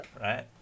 Right